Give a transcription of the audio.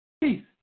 Peace